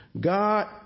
God